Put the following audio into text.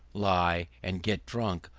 lie, and get drunk,